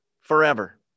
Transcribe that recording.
forever